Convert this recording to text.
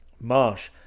Marsh